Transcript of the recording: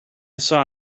saw